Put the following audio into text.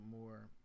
more